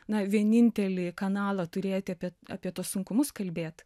na vienintelį kanalą turėti apie apie tuos sunkumus kalbėt